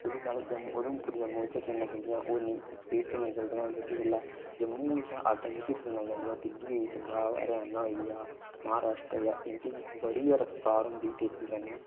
साढ़े जम्मू उधमपुर जम्मू च ट्रेनां जदिंया ओह् इन्नी स्पीड च नेई चलदियां जियां कि जेहलेै जम्मू कशा अग्गै जेहडियां ट्रेना जदिंयां दिल्ली हरियाणा होई गेआ महाराश्ट्र इंदी ते बड़ी गै ज्यादा रफ्तार होंदी तेजी कन्नै